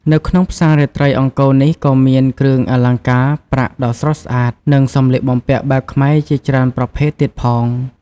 នៅក្នុងផ្សាររាត្រីអង្គរនេះក៏មាន គ្រឿងអលង្ការប្រាក់ដ៏ស្រស់ស្អាត និងសម្លៀកបំពាក់បែបខ្មែរជាច្រើនប្រភេទទៀតផង។